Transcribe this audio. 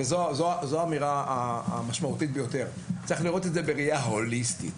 וזו האמירה המשמעותית ביותר צריך לראות את זה בראייה הוליסטית.